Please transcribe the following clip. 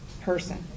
person